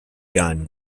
gun